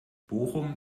bochum